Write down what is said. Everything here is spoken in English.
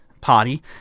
party